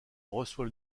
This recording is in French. reçoit